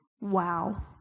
Wow